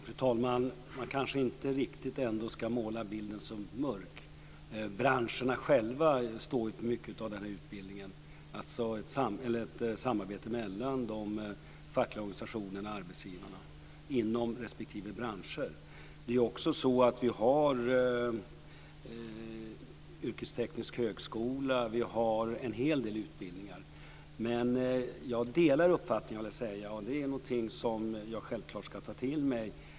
Fru talman! Man kanske inte riktigt ändå ska måla bilden så mörk. Branscherna själva står ju för mycket av den här utbildningen. Det sker ett samarbete mellan de fackliga organisationerna och arbetsgivarna inom respektive bransch. Vi har ju också en yrkesteknisk högskola, och en hel del utbildningar. Men jag delar den här uppfattningen. Detta är något som jag självfallet ska ta till mig.